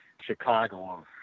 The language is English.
Chicago